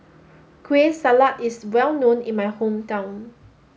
Kueh Salat is well known in my hometown